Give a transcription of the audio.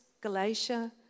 Galatia